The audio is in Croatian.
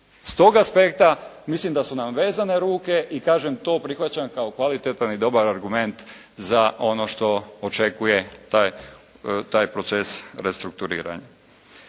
S tog aspekta mislim da su nam vezane ruke i kažem to prihvaćam kao kvalitetan i dobar argument za ono što očekuje taj proces restrukturiranja.